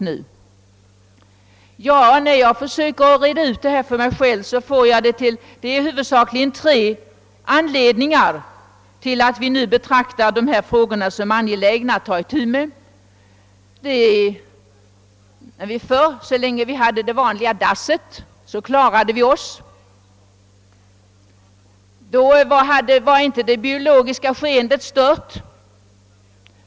När jag försöker att för mig själv reda ut vad som fört oss i den nuvarande situationen finner jag att det huvudsakligen är tre anledningar. Så länge vi hade det vanliga dasset klarade vi miljön. Då var inte det biologiska skeendet stört.